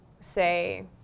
say